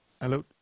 Hello